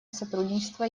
сотрудничество